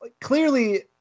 clearly